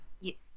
Yes